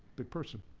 big person.